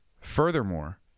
Furthermore